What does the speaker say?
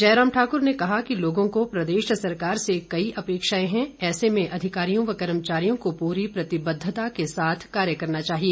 जयराम ठाकुर ने कहा कि लोगों को प्रदेश सरकार से कई अपेक्षाएं हैं ऐसे में अधिकारियों व कर्मचारियों को पूरी प्रतिबद्धता के साथ कार्य करना चाहिए